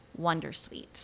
wondersuite